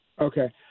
Okay